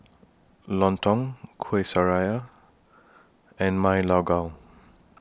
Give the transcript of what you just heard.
Lontong Kuih Syara and Ma Lai Gao